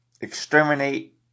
exterminate